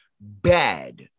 bad